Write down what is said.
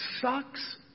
sucks